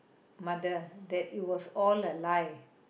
mother that it was all a lie